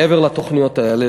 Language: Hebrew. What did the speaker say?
מעבר לתוכניות האלה,